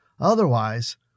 Otherwise